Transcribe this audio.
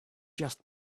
just